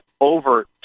over